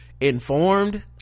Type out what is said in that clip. informed